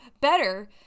better